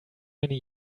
many